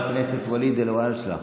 חבר הכנסת ואליד אלהואשלה,